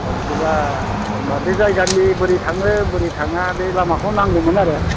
औ बिदिबा होमबा बे जायगानि बोरै थाङो बोरै थाङा बे लामाखौ नांगौमोन आरो